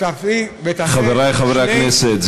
חברי חברי הכנסת,